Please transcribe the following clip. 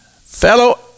fellow